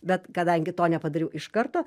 bet kadangi to nepadariau iš karto